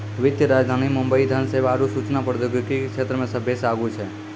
वित्तीय राजधानी मुंबई धन सेवा आरु सूचना प्रौद्योगिकी के क्षेत्रमे सभ्भे से आगू छै